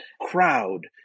crowd